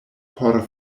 por